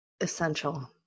essential